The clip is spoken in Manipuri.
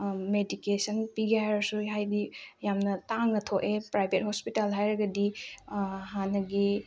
ꯃꯦꯗꯤꯀꯦꯁꯟ ꯄꯤꯒꯦ ꯍꯥꯏꯔꯁꯨ ꯍꯥꯏꯗꯤ ꯌꯥꯝꯅ ꯇꯥꯡꯅ ꯊꯣꯛꯑꯦ ꯄ꯭ꯔꯥꯏꯕꯦꯠ ꯍꯣꯁꯄꯤꯇꯥꯜ ꯍꯥꯏꯔꯒꯗꯤ ꯍꯥꯟꯅꯒꯤ